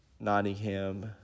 Nottingham